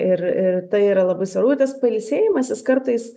ir ir tai yra labai svarbu tas pailsėjimas jis kartais